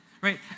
right